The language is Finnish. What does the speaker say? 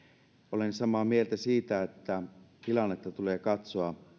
olen samaa mieltä siitä että tilannetta tulee katsoa